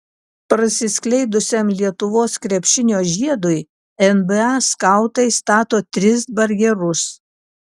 prasiskleidusiam lietuvos krepšinio žiedui nba skautai stato tris barjerus